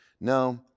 No